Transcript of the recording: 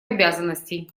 обязанностей